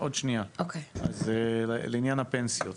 עוד שנייה, אז לעניין הפנסיות